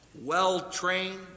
well-trained